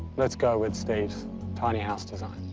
let's go with steve's tiny house design.